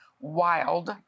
wild